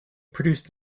produced